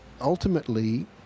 ultimately